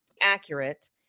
accurate